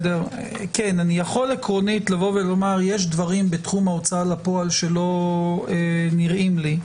אני יכול לומר עקרונית שיש דברים בתחום ההוצאה לפועל שלא נראים לי,